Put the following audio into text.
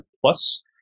plus